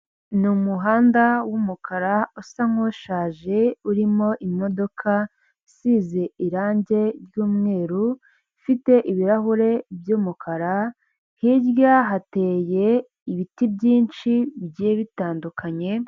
Ni umuhanda w'umukara usa nk'ushaje urimo imodoka isize irange ry'umweru ifite ibirahure by'umukara, hirya hateye ibiti byinshi bigiye bitandukanye.